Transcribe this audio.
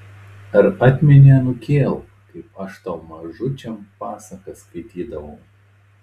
ar atmeni anūkėl kaip aš tau mažučiam pasakas skaitydavau